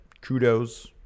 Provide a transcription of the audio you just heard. kudos